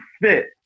fit